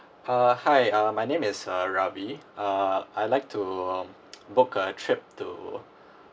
uh hi uh my name is uh Ravi uh I'd like to um book a trip to